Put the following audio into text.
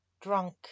drunk